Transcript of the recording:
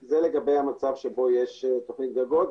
זה לגבי המצב שבו יש תוכנית גגות,